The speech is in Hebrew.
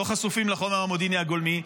לא חשופים לחומר המודיעיני הגולמי.